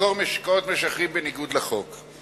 למכור משקאות משכרים בניגוד לחוק.